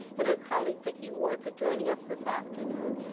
and her colleague, vicki ward, for joining us this afternoon,